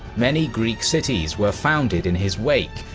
many greek cities were founded in his wake,